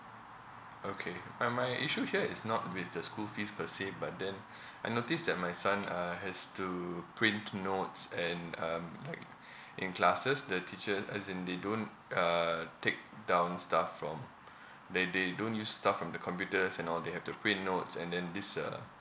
okay uh my issue here is not with the school fees per se but then I noticed that my son uh has to print notes and um like in classes the teacher as in they don't uh take down stuff from they they don't use stuff from the computers and all they have to print notes and then this uh